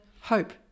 hope